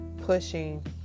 pushing